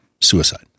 suicide